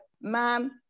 ma'am